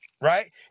right